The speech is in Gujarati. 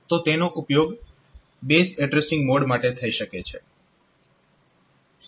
તો તેનો ઉપયોગ બેઝ એડ્રેસીંગ મોડ માટે થઈ શકે છે